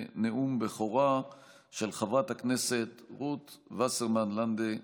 לנאום בכורה של חברת הכנסת רות וסרמן לנדה,